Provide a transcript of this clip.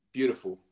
Beautiful